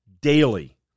daily